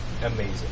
amazing